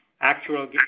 Actual